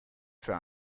für